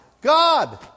God